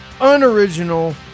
unoriginal